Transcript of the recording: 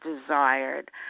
desired